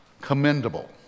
commendable